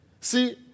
See